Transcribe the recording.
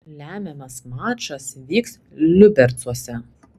lemiamas mačas vyks liubercuose